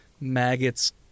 maggots